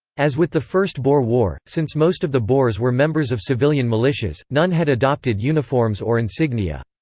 as with the first boer war, since most of the boers were members of civilian militias, none had adopted uniforms or insignia.